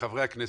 חברי הכנסת,